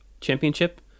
championship